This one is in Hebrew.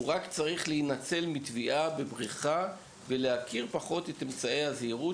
אלא רק צריך לדעת להינצל מטביעה בבריכה ולהכיר את אמצעי הזהירות.